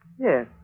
Yes